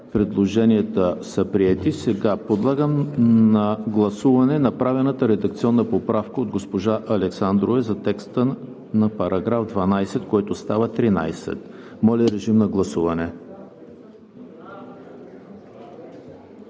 Предложенията са приети. Подлагам на гласуване направената редакционна поправка от госпожа Александрова за текста на § 12, който става 13. Гласували